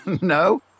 no